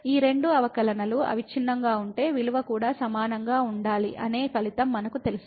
ఈ రెండు అవకలనలు అవిచ్ఛిన్నంగా ఉంటే విలువ కూడా సమానంగా ఉండాలి అనే ఫలితం మనకు తెలుసు